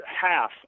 half